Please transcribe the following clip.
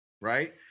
right